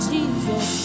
Jesus